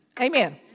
amen